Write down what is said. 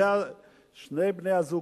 שני בני-הזוג,